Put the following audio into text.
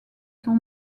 son